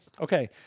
Okay